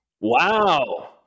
Wow